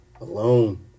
alone